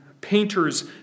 painters